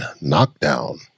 knockdown